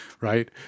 right